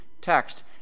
text